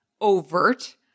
overt